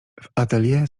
atelier